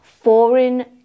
foreign